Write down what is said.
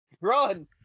Run